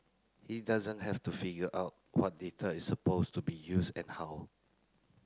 he doesn't have to figure out what data is supposed to be used and how